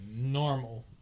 normal